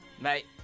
Mate